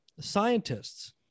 scientists